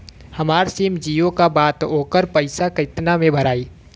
हमार सिम जीओ का बा त ओकर पैसा कितना मे भराई?